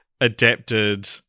adapted